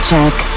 Check